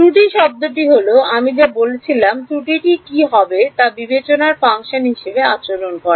ত্রুটি শব্দটি হল আমি যা বলছি ত্রুটিটি কীভাবে বিবেচনার ফাংশন হিসাবে আচরণ করে